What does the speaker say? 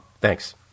Thanks